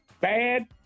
Bad